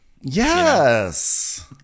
Yes